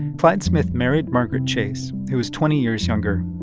clyde smith married margaret chase, who was twenty years younger,